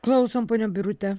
klausom ponia birute